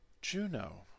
Juno